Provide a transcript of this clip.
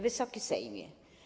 Wysoki Sejmie!